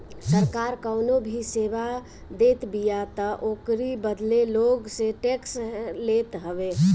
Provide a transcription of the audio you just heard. सरकार कवनो भी सेवा देतबिया तअ ओकरी बदले लोग से टेक्स लेत हवे